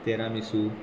तेरा मिसू